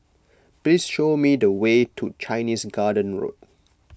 please show me the way to Chinese Garden Road